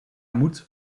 moed